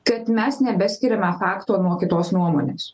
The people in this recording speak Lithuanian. kad mes nebeskiriame fakto nuo kitos nuomonės